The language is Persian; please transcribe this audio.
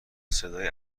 صدای